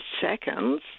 seconds